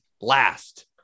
last